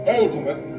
ultimate